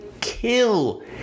kill